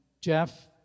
Jeff